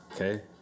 okay